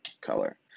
color